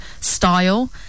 style